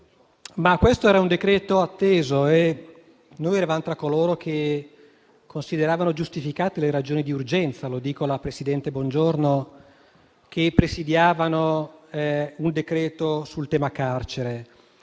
questo era un decreto-legge atteso e noi eravamo tra coloro che consideravano giustificate le ragioni di urgenza - lo dico alla presidente Bongiorno - che presidiavano un decreto sul tema carcere